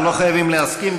לא חייבים להסכים.